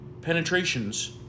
penetrations